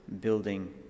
building